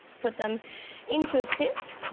put them into a sieve.